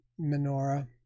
menorah